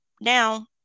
now